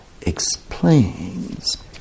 explains